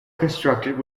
constructed